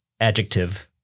adjective